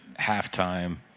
halftime